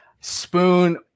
spoon